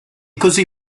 così